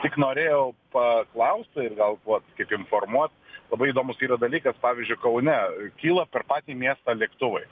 tik norėjau paklaust ir gal vat kaip informuot labai įdomus yra dalykas pavyzdžiui kaune kyla per patį miestą lėktuvai